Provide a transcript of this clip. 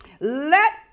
Let